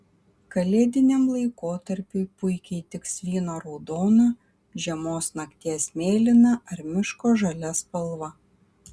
kalėdiniam laikotarpiui puikiai tiks vyno raudona žiemos nakties mėlyna ar miško žalia spalva